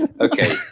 Okay